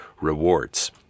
rewards